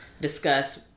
discuss